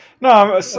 No